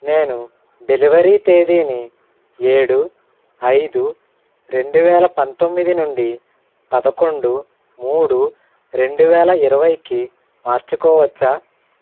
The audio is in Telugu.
నేను డెలివరీ తేదీని ఏడు ఐదు రెండు వేల పంతొమ్మిది నుండి పదకొండు మూడు రెండు వేల ఇరవైకి మార్చుకోవచ్చా